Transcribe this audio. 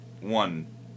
one